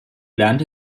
lernte